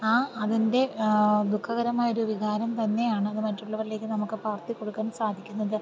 ആ അതിൻ്റെ ദുഃഖകരമായ ഒരു വികാരം തന്നെയാണ് അത് മറ്റുള്ളവരിലേക്കും നമുക്ക് പകർത്തികൊടുക്കാൻ സാധിക്കുന്നത്